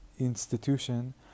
Institution